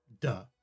Duh